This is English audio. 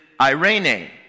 Irene